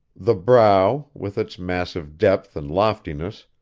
the brow, with its massive depth and loftiness,